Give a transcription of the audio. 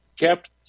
kept